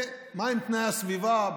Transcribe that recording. ומהם תנאי הסביבה,